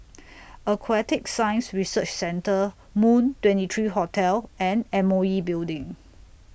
Aquatic Science Research Centre Moon twenty three Hotel and M O E Building